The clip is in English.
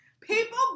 People